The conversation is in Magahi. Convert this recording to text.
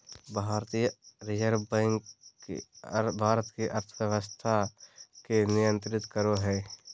भारतीय रिज़र्व बैक भारत के अर्थव्यवस्था के नियन्त्रित करो हइ